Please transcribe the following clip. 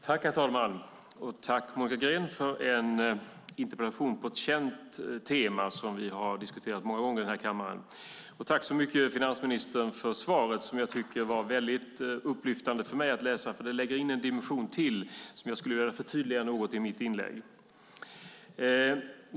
Herr talman! Tack, Monica Green, för en interpellation på ett känt tema som vi har diskuterat många gånger här i kammaren! Och tack så mycket, finansministern, för svaret som var väldigt upplyftande för mig att läsa! Det lägger nämligen in en dimension till som jag skulle vilja förtydliga något i mitt inlägg.